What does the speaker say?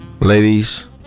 Ladies